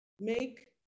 make